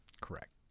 Correct